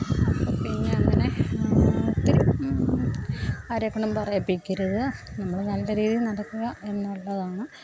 അപ്പോൾ പിന്നെയങ്ങനെ ഒത്തിരി ആരെക്കൊണ്ടും പറയിപ്പിക്കരുത് നമ്മൾ നല്ല രീതിയിൽ നടക്കുക എന്നുള്ളതാണ്